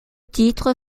titre